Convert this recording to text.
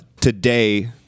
today